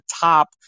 top